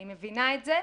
אני מבינה את זה,